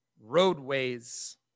roadways